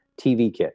TVKit